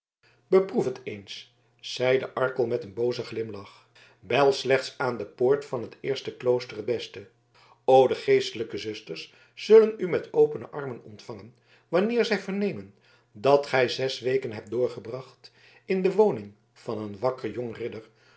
beproef het eens zeide arkel met een boozen glimlach bel slechts aan de poort van het eerste klooster het beste o de geestelijke zusters zullen u met opene armen ontvangen wanneer zij vernemen dat gij zes weken hebt doorgebracht in de woning van een wakker jong ridder